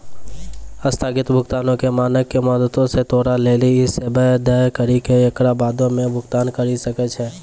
अस्थगित भुगतानो के मानक के मदतो से तोरा लेली इ सेबा दै करि के एकरा बादो मे भुगतान करि सकै छै